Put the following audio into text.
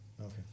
Okay